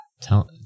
Tell